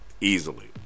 Easily